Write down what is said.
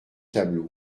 tableaux